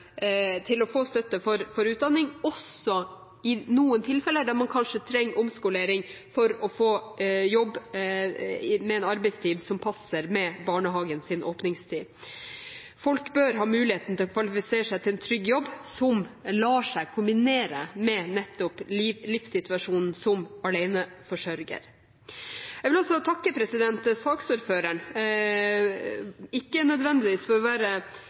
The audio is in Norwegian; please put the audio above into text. til å få støtte til utdanning også i tilfeller der man trenger omskolering for å få jobb med en arbeidstid som passer med barnehagens åpningstid. Folk bør ha mulighet til å kvalifisere seg til en trygg jobb, som lar seg kombinere med nettopp livssituasjonen som aleneforsørger. Jeg vil også takke saksordføreren, ikke nødvendigvis for å være